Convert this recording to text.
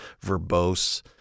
verbose